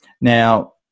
Now